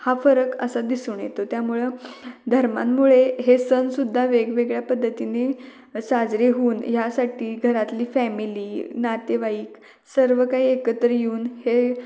हा फरक असा दिसून येतो त्यामुळं धर्मांमुळे हे सणसुद्धा वेगवेगळ्या पद्धतीने साजरे होऊन ह्यासाठी घरातली फॅमिली नातेवाईक सर्व काही एकत्र येऊन हे